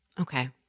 Okay